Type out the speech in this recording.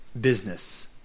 business